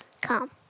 come